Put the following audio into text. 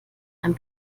einem